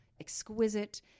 exquisite